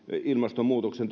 ilmastonmuutoksen